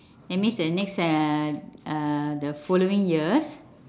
that means the next uh uh the following years